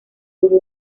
tuvo